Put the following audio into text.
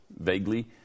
Vaguely